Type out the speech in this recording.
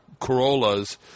Corollas